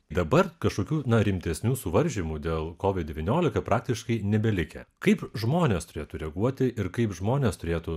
dabar kažkokių nuo rimtesnių suvaržymų dėl covid devyniolika praktiškai nebelikę kaip žmonės turėtų reaguoti ir kaip žmonės turėtų